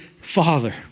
father